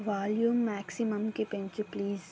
volume మాక్సిమమ్కి పెంచు please